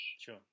Sure